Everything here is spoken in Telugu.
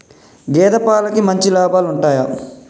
గేదే పాలకి మంచి లాభాలు ఉంటయా?